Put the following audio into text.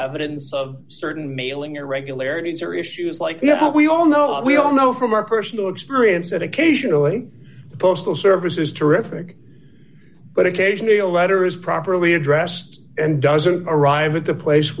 evidence of certain mailing irregularities or issues like yeah we all know that we all know from our personal experience that occasionally the postal service is terrific but occasionally a letter is properly addressed and doesn't arrive at the place